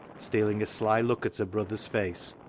stealing a sly look at her brother's face,